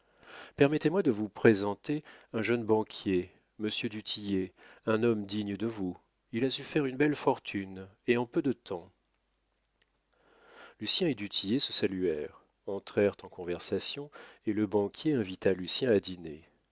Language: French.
permettez-moi de vous présenter un jeune banquier monsieur du tillet un homme digne de vous il a su faire une belle fortune et en peu de temps lucien et du tillet se saluèrent entrèrent en conversation et le banquier invita lucien à dîner